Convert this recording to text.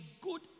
good